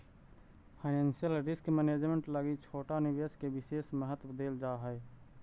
financial risk management लगी छोटा निवेश के विशेष महत्व देल जा हई